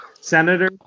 Senator